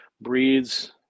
breeds